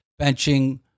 benching